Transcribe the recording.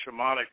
shamanic